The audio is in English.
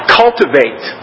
cultivate